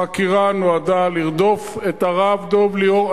החקירה נועדה לרדוף את הרב דב ליאור,